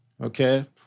okay